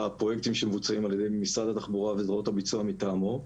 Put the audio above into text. בפרוייקטים שמבוצעים על ידי משרד התחבורה וזרועות הביצוע מטעמו.